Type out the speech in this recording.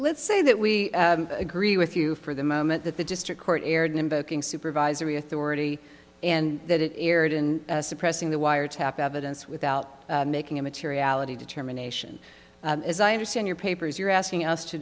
let's say that we agree with you for the moment that the district court erred in invoking supervisory authority and that it erred in suppressing the wiretap evidence without making a materiality determination as i understand your papers you're asking us to